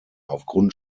aufgrund